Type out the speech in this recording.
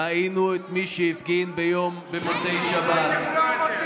ראינו את מי שהפגין במוצאי שבת.